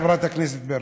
חברת הכנסת ברקו.